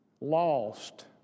lost